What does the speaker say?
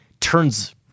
turns